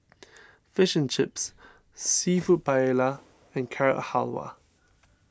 Fish and Chips Seafood Paella and Carrot Halwa